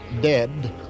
dead